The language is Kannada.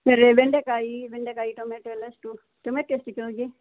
ಬೇರೆ ಬೆಂಡೆಕಾಯಿ ಬೆಂಡೆಕಾಯಿ ಟೊಮೆಟೊ ಎಲ್ಲ ಎಷ್ಟು ಟೊಮೆಟೊ ಎಷ್ಟು ಕಿಲೋಗೆ